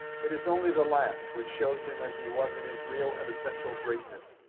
it is only the last which shows him as he was in his real and essential greatness.